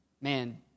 man